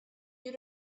you